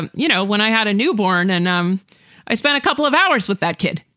and you know, when i had a newborn and um i spent a couple of hours with that kid.